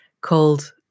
called